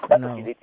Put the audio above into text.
no